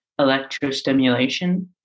electrostimulation